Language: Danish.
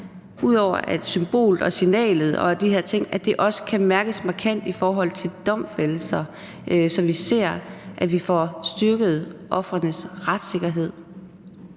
ud over symbolet, signalet og de her ting også kan mærkes markant i forhold til domfældelser, så vi ser, at vi får styrket ofrenes retssikkerhed.